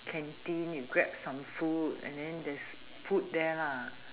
canteen you grab some food and then there's food there